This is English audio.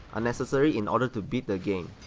unnecessary in order to beat the game,